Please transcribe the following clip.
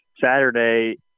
saturday